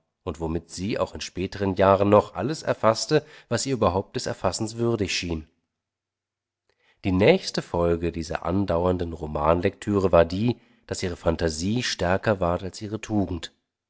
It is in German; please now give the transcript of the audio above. und womit sie auch in spätem jahren noch alles erfaßte was ihr überhaupt des erfassens würdig schien die nächste folge dieser andauernden romanlektüre war die daß ihre phantasie stärker ward als ihre tugend